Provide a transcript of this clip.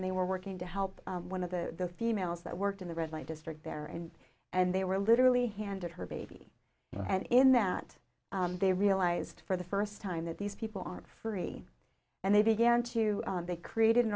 and they were working to help one of the females that worked in the red light district there and and they were literally handed her baby and in that they realized for the first time that these people are free and they began to they created an